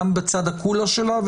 גם בצד הקולא שלה,